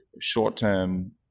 short-term